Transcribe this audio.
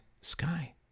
sky